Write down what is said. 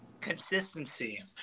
Consistency